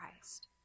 Christ